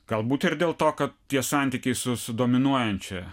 galbūt ir dėl to kad tie santykiai su su dominuojančia